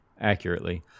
accurately